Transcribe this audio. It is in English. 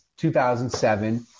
2007